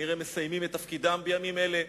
שכנראה מסיימים את תפקידם בימים אלה,